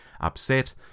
upset